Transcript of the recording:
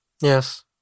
Yes